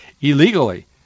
illegally